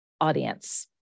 audience